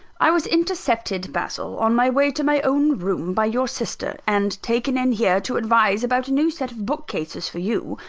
i was intercepted, basil, on my way to my own room by your sister, and taken in here to advise about a new set of bookcases for you,